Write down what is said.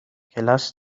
کلاس